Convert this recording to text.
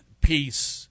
peace